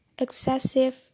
excessive